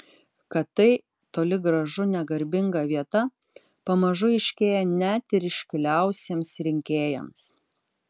kad tai toli gražu ne garbinga vieta pamažu aiškėja net ir ištikimiausiems rinkėjams